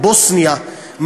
בבוסניה,